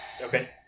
Okay